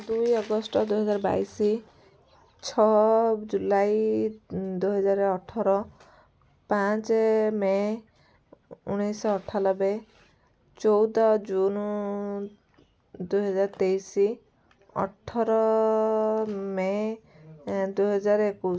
ଦୁଇ ଅଗଷ୍ଟ ଦୁଇ ହଜାର ବାଇଶି ଛଅ ଜୁଲାଇ ଦୁଇ ହଜାର ଅଠର ପାଞ୍ଚ ମେ ଉଣେଇଶହ ଅଠାଲବେ ଚଉଦ ଜୁନୁ ଦୁଇ ହଜାର ତେଇଶି ଅଠର ମେ ଦୁଇ ହଜାର ଏକୋଇଶି